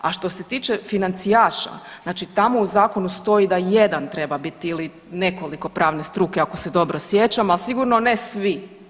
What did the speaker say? A što se tiče financijaša znači tamo u zakonu stoji da jedan treba biti ili nekoliko pravne struke ako se dobro sjećam, al sigurno ne svi.